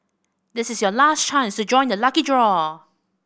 this is your last chance to join the lucky draw